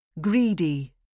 Greedy